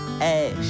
ash